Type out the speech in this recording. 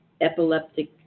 epileptic